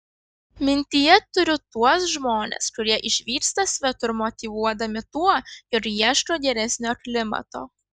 mintyje turiu tuos žmones kurie išvyksta svetur motyvuodami tuo jog ieško geresnio klimato